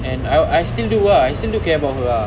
and I'll I still do ah still do care about her ah